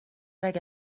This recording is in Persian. اگه